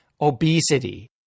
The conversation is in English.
obesity